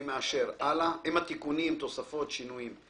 אני מאשר עם התיקונים, התוספות והשינויים.